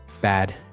bad